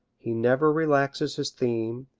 he never relaxes his theme,